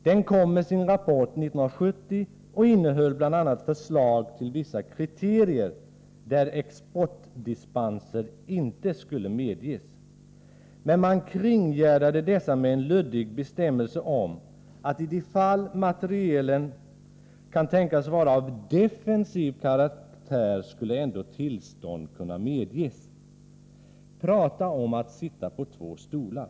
Den kom med sin rapport 1970 och innehöll bl.a. förslag till vissa kriterier för när exportdispenser inte skulle medges, men man kringgärdade dessa med en luddig bestämmelse om, att i de fall materielen kan tänkas vara av defensiv karaktär tillstånd ändå skulle kunna medges. Tala om att sitta på två stolar!